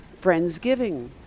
Friendsgiving